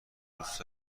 دوست